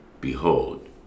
Behold